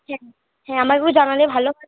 হ্যাঁ আমাকে একটু জানালে ভালো